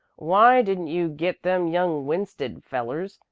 why didn't you git them young winsted fellers,